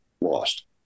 lost